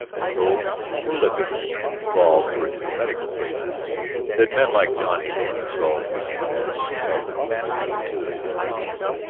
so prolific and involved were his medical phrases that men like john engle and struve began to ask themselves if patten understood his case.